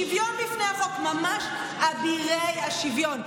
שוויון בפני החוק, ממש אבירי השוויון.